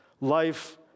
life